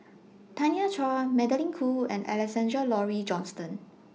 Tanya Chua Magdalene Khoo and Alexander Laurie Johnston